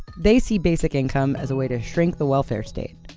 they see basic income as a way to shrink the welfare state.